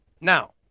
now